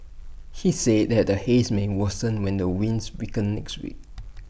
he said that the haze may worsen when the winds weaken next week